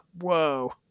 whoa